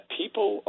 people